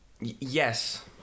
yes